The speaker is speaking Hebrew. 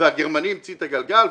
והגרמני המציא את הגלגל?